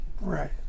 Right